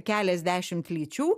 keliasdešimt lyčių